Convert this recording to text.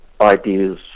ideas